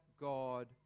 God